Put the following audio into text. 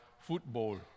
Football